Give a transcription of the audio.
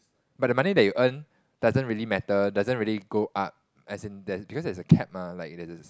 but the money that you earn doesn't really matter doesn't really go up as in there's because there's a cap mah like there's this